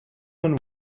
man